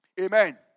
Amen